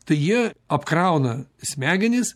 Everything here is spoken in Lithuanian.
tai jie apkrauna smegenis